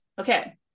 Okay